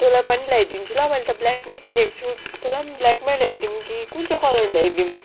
तँलाई पनि ल्याइदिन्छु ल मैले त ब्ल्याकमै किनेको छु तँलाई पनि ब्ल्याकमै ल्याइदिउँ कि कुन चाहिँ कलर ल्याइदिऊँ